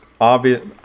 obvious